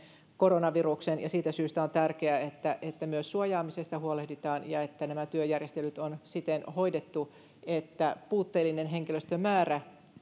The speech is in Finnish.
koronaviruksen siitä syystä on tärkeää että että myös suojaamisesta huolehditaan ja että nämä työjärjestelyt on hoidettu siten että puutteellinen henkilöstömäärä